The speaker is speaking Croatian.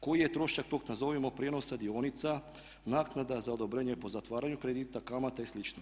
Koji je trošak tog nazovimo prijenosa dionica naknada za odobrenje po zatvaranju kredita kamata i slično?